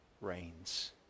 reigns